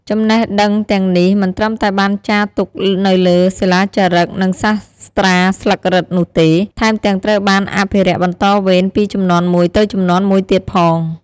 ចំណេះដឹងទាំងនេះមិនត្រឹមតែបានចារទុកនៅលើសិលាចារឹក និងសាស្ត្រាស្លឹករឹតនោះទេ ថែមទាំងត្រូវបានអភិរក្សបន្តវេនពីជំនាន់មួយទៅជំនាន់មួយទៀតផង។